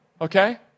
Okay